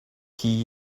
key